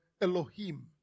Elohim